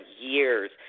years